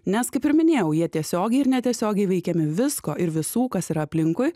nes kaip ir minėjau jie tiesiogiai ir netiesiogiai veikiami visko ir visų kas yra aplinkui